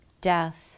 Death